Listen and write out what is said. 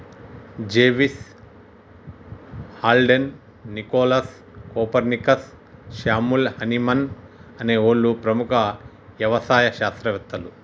జెవిస్, Haldane, Nicholas, Copernicus, Samuel Hahnemann అనే ఓళ్ళు ప్రముఖ యవసాయ శాస్త్రవేతలు